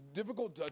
difficult